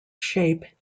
shape